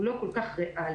הוא לא כל כך ריאלי.